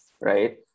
right